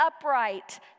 upright